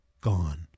gone